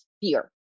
fear